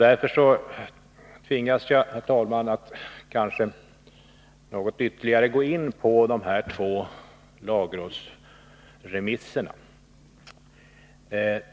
Därför tvingas jag, herr talman, att något ytterligare gå in på de två lagrådsremisserna.